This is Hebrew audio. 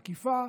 תקיפה,